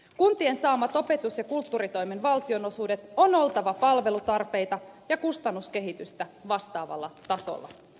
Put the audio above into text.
kuntien saamien opetus ja kulttuuritoimen valtionosuuksien on oltava palvelutarpeita ja kustannuskehitystä vastaavalla tasolla